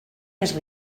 més